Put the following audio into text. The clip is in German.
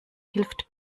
hilft